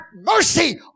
mercy